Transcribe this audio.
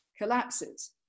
collapses